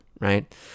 right